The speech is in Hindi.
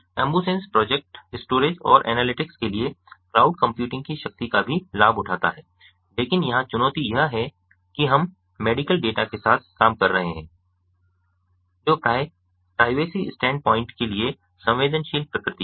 AmbuSens प्रोजेक्ट स्टोरेज और एनालिटिक्स के लिए क्लाउड कंप्यूटिंग की शक्ति का भी लाभ उठाता है लेकिन यहाँ चुनौती यह है कि हम मेडिकल डेटा के साथ काम कर रहे हैं जो प्रायः प्राइवेसी स्टैंड पॉइंट के लिए संवेदनशील प्रकृति का है